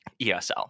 ESL